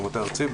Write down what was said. במטה הארצי,